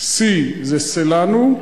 C זה שׂלנו,